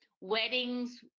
weddings